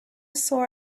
saw